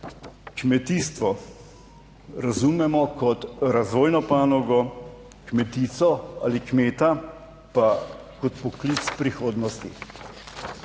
Kmetijstvo razumemo kot razvojno panogo, kmetico ali kmeta pa kot poklic prihodnosti.